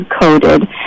coded